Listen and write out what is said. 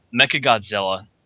Mechagodzilla